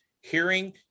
hearing